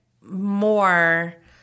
more